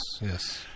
yes